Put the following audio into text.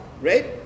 right